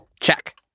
Check